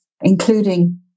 including